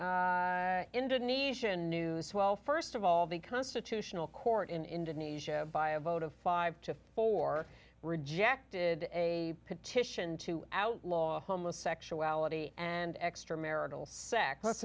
n indonesia news well st of all the constitutional court in indonesia by a vote of five to four rejected a petition to outlaw homosexuality and extramarital se